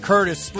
Curtis